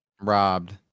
Robbed